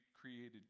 created